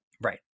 Right